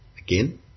Again